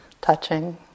touching